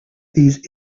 these